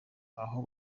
aho